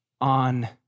on